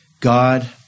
God